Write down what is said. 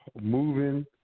moving